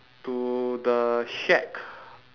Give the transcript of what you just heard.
to the shack